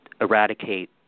eradicate